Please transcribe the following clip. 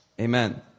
Amen